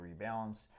rebalance